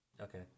Okay